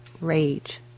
rage